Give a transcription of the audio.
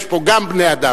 יש פה גם בני-אדם.